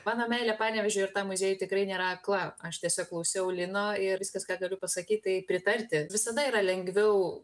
mano meilė panevėžiui ir tam muziejui tikrai nėra akla aš tiesiog klausiau lino ir viskas ką galiu pasakyt tai pritarti visada yra lengviau